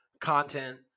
content